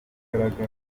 kwatangiye